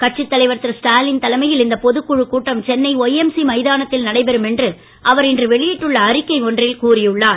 கட்சித் தலைவர் திரு ஸ்டாலின் தலைமையில் இந்த பொதுக் குழு கூட்டம் சென்னை ஒய்எம்சி மைதானத்தில் நடைபெறும் என்று அவர் இன்று வெளியிட்டுள்ள அறிக்கை ஒன்றில் கூறி உள்ளார்